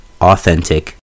authentic